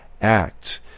act